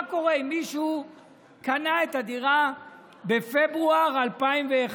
מה קורה אם מישהו קנה את הדירה בפברואר 2020,